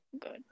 Good